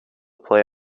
play